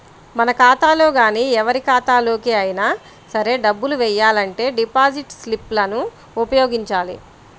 మన ఖాతాలో గానీ ఎవరి ఖాతాలోకి అయినా సరే డబ్బులు వెయ్యాలంటే డిపాజిట్ స్లిప్ లను ఉపయోగించాలి